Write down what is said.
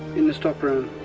in the stock room,